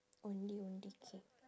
ondeh ondeh cake